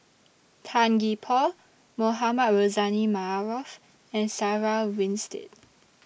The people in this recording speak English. Tan Gee Paw Mohamed Rozani Maarof and Sarah Winstedt